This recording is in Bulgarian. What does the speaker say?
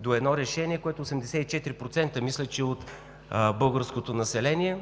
до едно решение, което 84% мисля, че от българското население